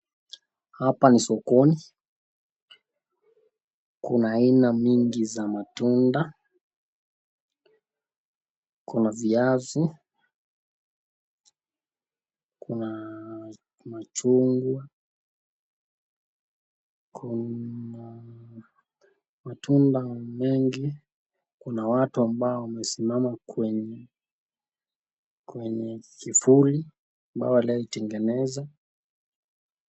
Hapa ni sokoni, kuna aina nyingi ya matunda, kuna viazi, kuna machungwa, kuna matunda mengi, kuna watu ambao wamesimama kwenye kwenye kivuli ambayo waliwahi tengeneza.